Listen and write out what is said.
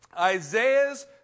Isaiah's